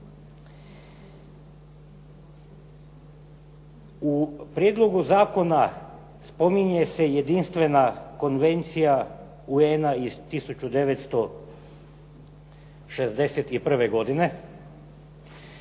U prijedlogu zakona spominje se jedinstvena konvencija UN-a iz 1961. godine.